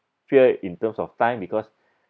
fear in terms of time because